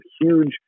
huge